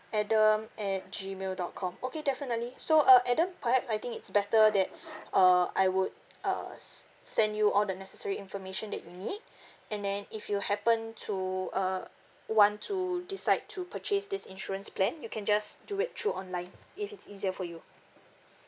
adam at G mail dot com okay definitely so uh adam perhaps I think it's better that uh I would uh s~ send you all the necessary information that you need and then if you happen to uh want to decide to purchase this insurance plan you can just do it through online if it's easier for you